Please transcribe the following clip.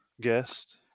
guest